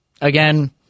again